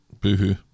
Boo-hoo